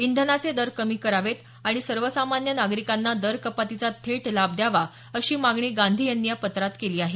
इंधनाचे दर कमी करावेत आणि सर्वसामान्य नागरिकांना दर कपातीचा थेट लाभ द्यावा अशी मागणी गांधी यांनी या पत्रात केली आहे